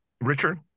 Richard